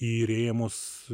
į rėmus